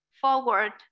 forward